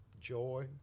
joy